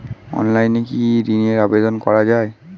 অনলাইনে কি ঋণের আবেদন করা যায়?